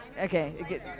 Okay